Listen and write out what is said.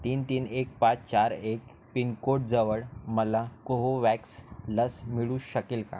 तीन तीन एक पाच चार एक पिनकोडजवळ मला कोवोव्हॅक्स लस मिळू शकेल का